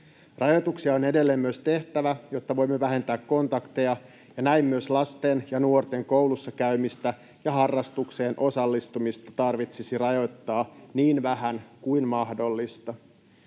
Rajoituksia on myös edelleen tehtävä, jotta voimme vähentää kontakteja ja näin myös lasten ja nuorten koulussa käymistä ja harrastuksiin osallistumista tarvitsisi rajoittaa niin vähän kuin mahdollista.